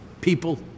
People